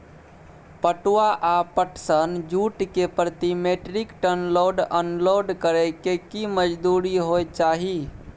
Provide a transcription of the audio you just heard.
पटुआ या पटसन, जूट के प्रति metric ton load unload करै के की मजदूरी होय चाही?